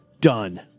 done